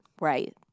Right